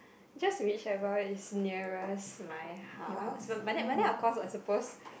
just whichever is nearest my house but but then but then of course I suppose